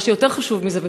מה שיותר חשוב מזה,